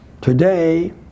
Today